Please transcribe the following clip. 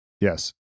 Yes